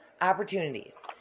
opportunities